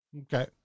Okay